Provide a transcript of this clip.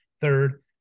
third